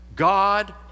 God